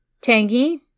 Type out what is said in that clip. Tangy